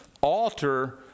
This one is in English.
alter